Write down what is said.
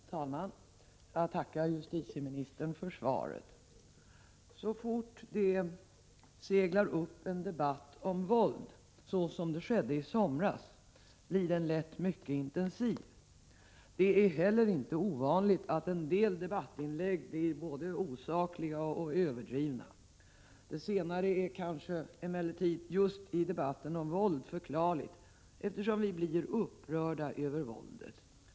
Herr talman! Jag tackar justitieministern för svaret. Så fort det seglar upp en debatt om våld, så som skedde i somras, blir den lätt mycket intensiv. Det är heller inte ovanligt att en del debattinlägg blir både osakliga och överdrivna. Det senare är kanske emellertid just i debatten om våld förklarligt, eftersom vi blir upprörda över våldet.